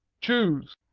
choose!